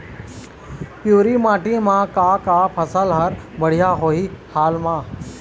पिवरी माटी म का का फसल हर बढ़िया होही हाल मा?